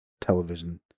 television